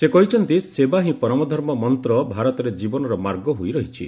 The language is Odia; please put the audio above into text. ସେ କହିଛନ୍ତି ସେବା ହିଁ ପରମ ଧର୍ମ ମନ୍ତ ଭାରତରେ କୀବନର ମାର୍ଗ ହୋଇ ରହିଛି